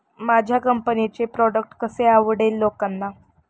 माझ्या कंपनीचे प्रॉडक्ट कसे आवडेल लोकांना?